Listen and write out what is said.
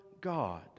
God